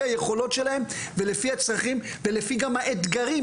היכולות שלהם ולפי הצרכים ולפי האתגרים,